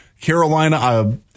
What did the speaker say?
Carolina